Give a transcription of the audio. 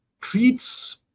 treats